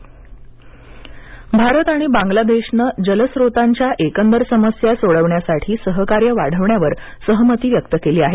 भारत आणि बांग्लादेश भारत आणि बांग्लादेशनं जलस्रोतांच्या एकंदर समस्या सोडवण्यासाठी सहकार्य वाढविण्यावर सहमती व्यक्त केली आहे